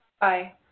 Bye